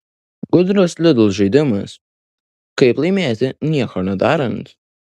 gudrus lidl žaidimas kaip laimėti nieko nedarant